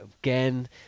again